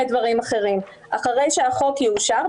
אחרי שהחוק יאושר,